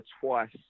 twice